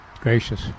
Gracious